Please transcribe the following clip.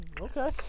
Okay